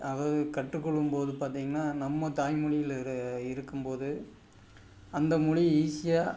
அதாவது கற்றுக்கொள்ளும்போது பார்த்தீங்கன்னா நம்ம தாய்மொழியில இரு இருக்கும்போது அந்த மொழி ஈஸியாக